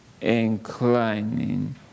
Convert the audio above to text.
inclining